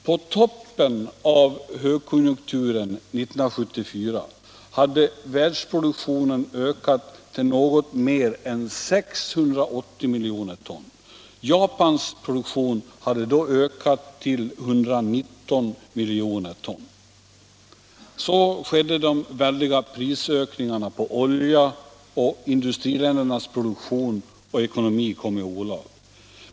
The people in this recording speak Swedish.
På toppen av högkonjunkturen 1974 hade världsproduktionen ökat till något mer än 680 miljoner ton. Japans produktion hade då ökat till 119 miljoner ton. Så skedde de väldiga prisökningarna på olja, och industriländernas produktion och ekonomi kom i olag.